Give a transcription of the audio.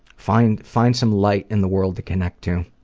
find find some light in the world to connect to,